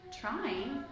trying